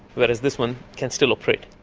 whereas this one can still operate.